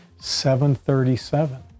737